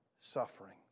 suffering